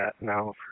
now